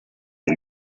del